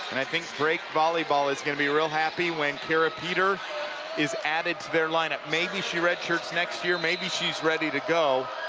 and i think great vdrake volleyball is going to be real happy when karapeter is added to their lineup. maybe she red shirts next year, maybe she's ready to go.